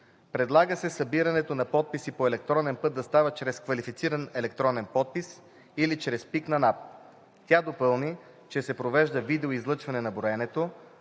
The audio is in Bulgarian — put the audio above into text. Предлага се събирането на подписки по електронен път да става чрез квалифициран електронен подпис или чрез ПИК на НАП. Тя допълни, че се предвижда видеоизлъчване на броенето,